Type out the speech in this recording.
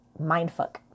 Mindfuck